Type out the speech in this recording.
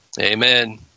Amen